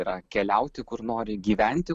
yra keliauti kur nori gyventi